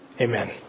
Amen